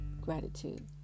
gratitude